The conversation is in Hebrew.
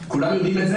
הגבעות.